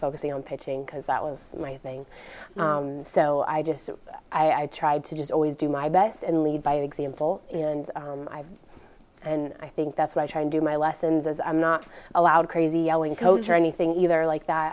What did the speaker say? focusing on pitching because that was my thing so i just i tried to just always do my best and lead by example and i think that's what i try and do my lessons as i'm not allowed crazy yelling coach or anything either like that